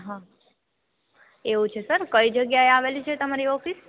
હાં એવું છે સર કઈ જગ્યાએ આવેલું છે તમારી ઓફિસ